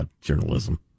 Journalism